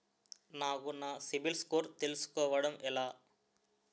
నాకు నా CIBIL score తెలుసుకోవడం ఎలా?